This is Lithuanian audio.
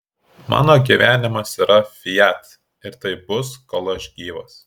mano gyvenimas yra fiat ir taip bus kol aš gyvas